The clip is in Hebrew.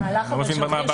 אני לא מבין מה הבעיה.